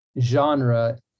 genre